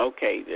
Okay